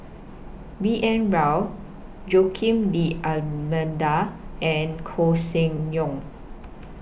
B N Rao Joaquim D'almeida and Koeh Sia Yong